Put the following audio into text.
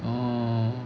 orh